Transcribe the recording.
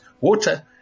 water